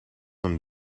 een